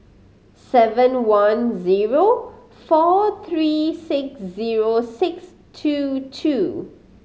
seven one zero four three six zero six two two